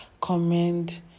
comment